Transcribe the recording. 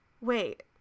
wait